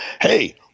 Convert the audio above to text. hey